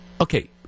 Okay